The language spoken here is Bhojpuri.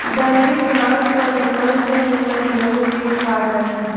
बनरी घास त निमन से निमन गेंहू के खा जाई